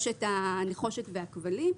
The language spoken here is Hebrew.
הנחושת והכבלים,